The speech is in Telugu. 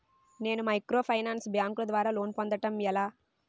నేను మైక్రోఫైనాన్స్ బ్యాంకుల ద్వారా లోన్ పొందడం ఎలా?